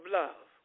love